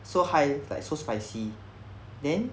so high is like so spicy then